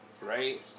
Right